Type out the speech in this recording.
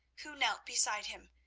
who knelt beside him,